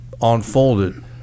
unfolded